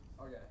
Okay